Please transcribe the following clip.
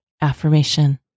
AFFIRMATION